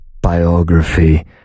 biography